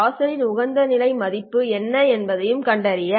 வாசலின் உகந்த மதிப்பு என்ன என்பதைக் கண்டறிய